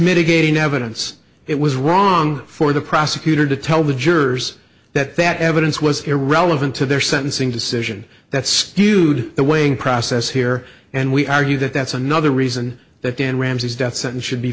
mitigating evidence it was wrong for the prosecutor to tell the jurors that that evidence was irrelevant to their sentencing decision that skewed the weighing process here and we argue that that's another reason that dan ramsey's death sentence should